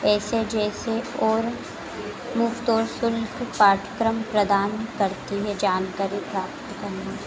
ऐसे जैसे और मुफ़्त और शुल्क पाठ्यक्रम प्रदान करती है जानकारी प्राप्त करने